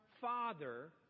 father